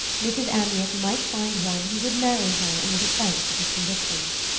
mrs. amyot might find one who would marry her in the defense of his convictions.